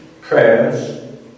prayers